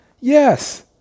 Yes